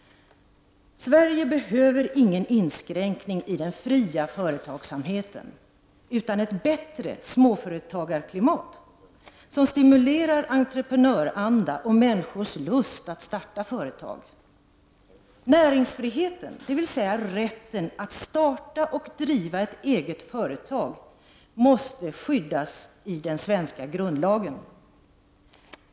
Sverige behöver ingen inskränkning i den fria företagsamheten, utan ett bättre småföretagarklimat som stimulerar entreprenöranda och människors lust att starta företag! Näringsfriheten — dvs. rätten att starta och driva ett eget företag — måste skyddas i den svenska grundlagen.